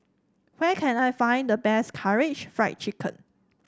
where can I find the best Karaage Fried Chicken